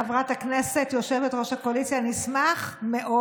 חברת הכנסת, יושבת-ראש הקואליציה, אני אשמח מאוד